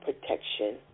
protection